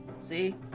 See